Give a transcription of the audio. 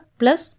plus